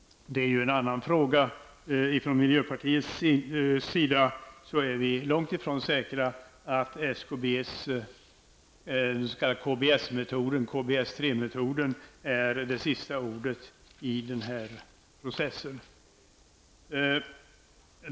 Det är ju en annan fråga. Från miljöpartiets sida är vi långt ifrån säkra på att den s.k. KBS-3-metoden är sista ordet i den här processen.